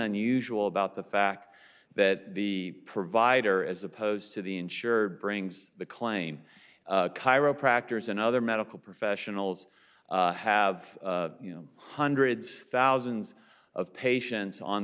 unusual about the fact that the provider as opposed to the insurer brings the claim chiropractor's and other medical professionals have you know hundreds thousands of patients on